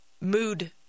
mood